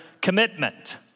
commitment